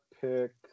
pick